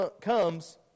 comes